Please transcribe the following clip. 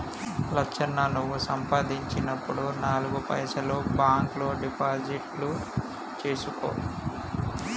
లచ్చన్న నువ్వు సంపాదించినప్పుడు నాలుగు పైసలు బాంక్ లో డిపాజిట్లు సేసుకో